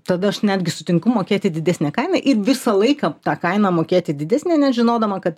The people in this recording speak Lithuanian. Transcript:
tada aš netgi sutinku mokėti didesnę kainą ir visą laiką tą kainą mokėti didesnę net žinodama kad